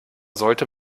sollte